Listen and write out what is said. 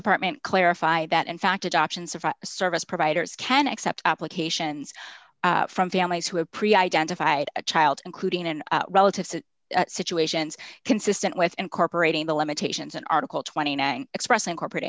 department clarified that in fact adoptions of service providers can accept applications from families who have pre identified a child including and relatives situations consistent with incorporating the limitations in article twenty nine express incorporat